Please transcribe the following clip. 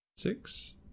Six